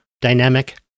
dynamic